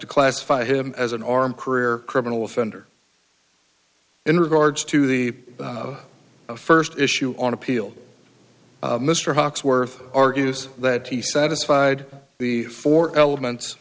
to classify him as an armed career criminal offender in regards to the first issue on appeal mr hawksworth argues that he satisfied the four elements